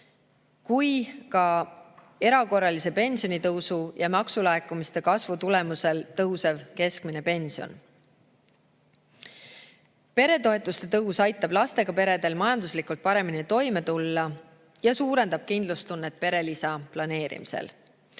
kui ka erakorralise pensionitõusu ja maksulaekumiste kasvu tulemusel keskmise pensioni kasvamine. Peretoetuste tõus aitab lastega peredel majanduslikult paremini toime tulla ja suurendab kindlustunnet perelisa planeerimisel.